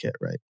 right